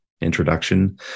introduction